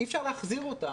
אי אפשר להחזיר אותה.